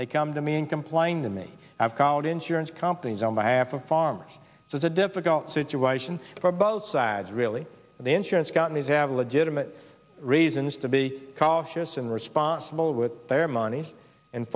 they come to me and complain to me i've called insurance companies on behalf of farmers so it's a difficult situation for both sides really the insurance companies have legitimate reasons to be cautious and responsible with their money and